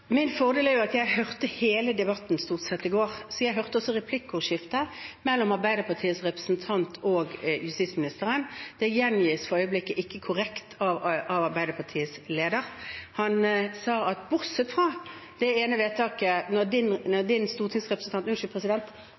Min fordel er at jeg stort sett hørte hele debatten i går. Jeg hørte også replikkordskiftet mellom Arbeiderpartiets representant og justisministeren – det gjengis for øyeblikket ikke korrekt av Arbeiderpartiets leder. Han sa bortsett fra det ene vedtaket: Når Arbeiderpartiets stortingsrepresentant